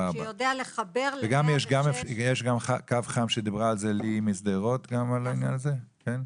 יש גם קו חם, שליהי משדרות דיברה עליו, נכון?